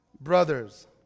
brothers